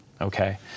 Okay